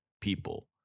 people